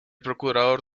procurador